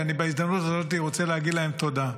ואני בהזדמנות הזאת רוצה להגיד להם תודה.